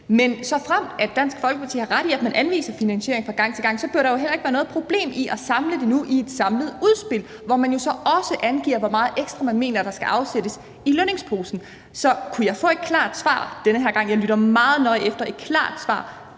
Dansk Folkeparti har ret i, at man anviser finansiering fra gang til gang, burde der jo heller ikke være noget problem i at samle det nu i et samlet udspil, hvor man jo så også angiver, hvor meget ekstra man mener, der skal afsættes i lønningsposen. Så kunne jeg få et klart svar den her gang? Jeg lytter meget nøje efter et klart svar.